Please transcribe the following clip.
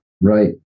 Right